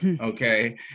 okay